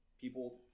people